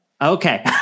Okay